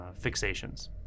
fixations